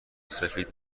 سفید